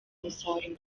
umusaruro